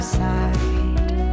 side